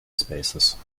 spaces